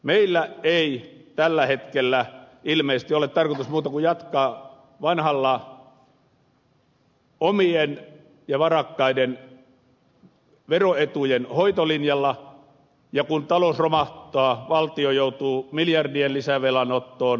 meillä ei tällä hetkellä ilmeisesti ole tarkoitus muuta kuin jatkaa vanhalla omien ja varakkaiden veroetujen hoitolinjalla ja kun talous romahtaa valtio joutuu miljardien lisävelanottoon